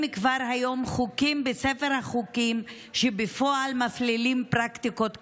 כבר היום חוקים בספר החוקים שבפועל מפלילים פרקטיקות כאלה.